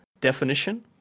definition